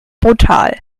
brutal